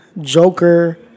Joker